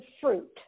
fruit